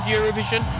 Eurovision